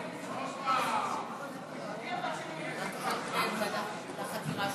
הצעת חוק העונשין (תיקון, חילוט רווחי